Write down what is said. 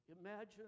Imagine